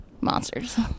monsters